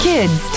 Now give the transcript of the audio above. Kids